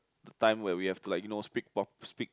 the time when we have to like you know speak prop speak